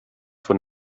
von